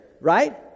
right